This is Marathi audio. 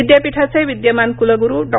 विद्यापीठाचे विद्यमान कुलगुरू डॉ